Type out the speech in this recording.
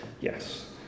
yes